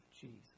Jesus